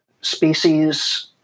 species